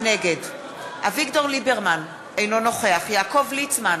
נגד אביגדור ליברמן, אינו נוכח יעקב ליצמן,